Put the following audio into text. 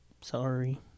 sorry